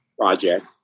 project